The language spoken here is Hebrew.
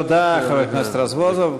תודה, חבר הכנסת רזבוזוב.